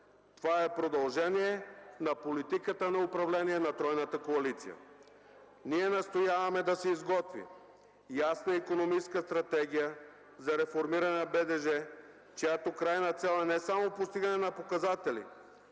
Това е продължение на политиката на управление на тройната коалиция. Ние настояваме да се изготви ясна икономическа стратегия за реформиране на БДЖ, чиято крайна цел е не само постигане на показатели